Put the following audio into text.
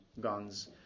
guns